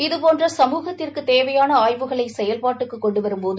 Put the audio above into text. இதுபோன்ற சமூகத்திற்குத் தேவையான ஆய்வுகளை செயல்பாட்டுக்கு கொண்டுவரும்போது